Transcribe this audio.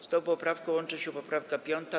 Z tą poprawką łączy się poprawka 5.